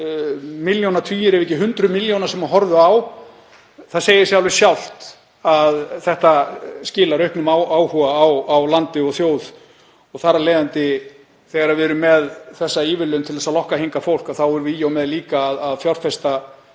tugir milljóna ef ekki hundruð sem horfðu á. Það segir sig sjálft að þetta skilar auknum áhuga á landi og þjóð og þar af leiðandi, þegar við erum með þessa ívilnun til að lokka hingað fólk, erum við í og með líka að fjárfesta